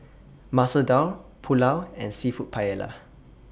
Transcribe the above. Masoor Dal Pulao and Seafood Paella